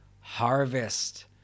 harvest